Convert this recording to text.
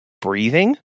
breathing